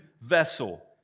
vessel